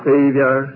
Savior